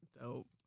Dope